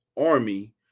army